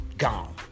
gone